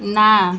ନାଁ